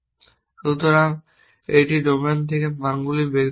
সুতরাং এটি ডোমেন থেকে মানগুলি বের করে নেওয়া